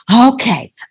Okay